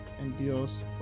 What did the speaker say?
endures